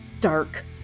dark